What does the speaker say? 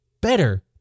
better